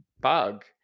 bug